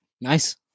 Nice